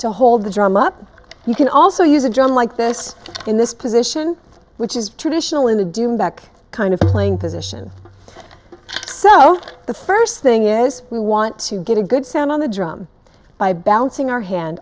to hold the drum up you can also use a john like this in this position which is traditional in the doing back kind of playing position so the first thing is we want to get a good sound on the drum by bouncing our hand